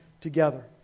together